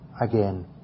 again